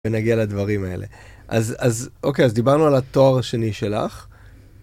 ונגיע לדברים האלה, אז אוקיי, אז דיברנו על התואר השני שלך.